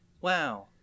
wow